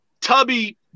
tubby